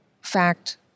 fact